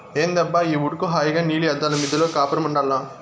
ఏందబ్బా ఈ ఉడుకు హాయిగా నీలి అద్దాల మిద్దెలో కాపురముండాల్ల